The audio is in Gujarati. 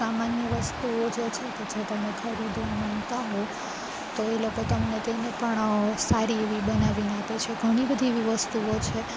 સામાન્ય વસ્તુઓ જે છે કે જે તમે ખરીદવા માંગતા હો તો એ લોકો તમને તેને પણ સારી એવી બનાવીને આપે છે ઘણી બધી એવી વસ્તુઓ છે